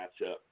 matchup